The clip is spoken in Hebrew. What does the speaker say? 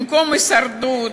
במקום הישרדות,